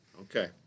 Okay